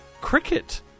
Cricket